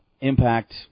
Impact